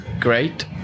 great